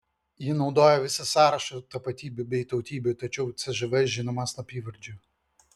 ji naudoja visą sąrašą tapatybių bei tautybių tačiau cžv žinoma slapyvardžiu